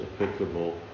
applicable